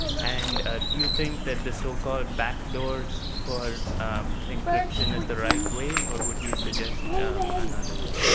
and do you think that the so-called back doors for encryption is the right way or would you suggest another way?